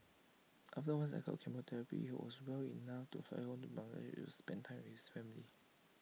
after one cycle of chemotherapy he was well enough to fly home to Bangladesh to spend time with his family